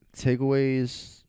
Takeaways